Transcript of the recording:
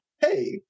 Hey